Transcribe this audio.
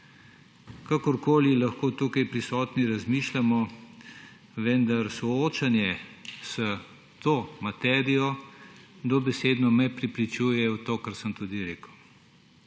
Kakorkoli lahko tukaj prisotni razmišljamo, vendar me soočanje s to materijo dobesedno prepričuje v to, kar sem tudi rekel.